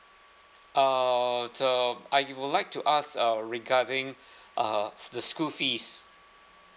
ah to so I would like to ask uh regarding uh the school fees